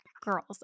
girls